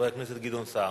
חבר הכנסת גדעון סער.